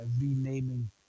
renaming